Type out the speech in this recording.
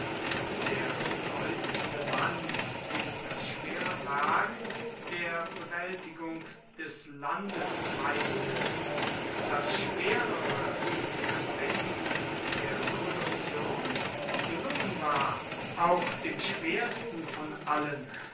ob der bedeutende mann dem das schwere werk der bewältigung des landesfeindes das schwerere der bändigung der revolution gelungen war auch dem schwersten von allen